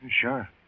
Sure